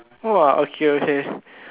!wah! okay okay